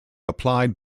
applied